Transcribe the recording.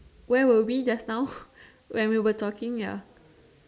where were we just now when we were talking here